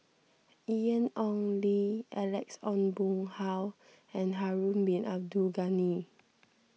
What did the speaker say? Ian Ong Li Alex Ong Boon Hau and Harun Bin Abdul Ghani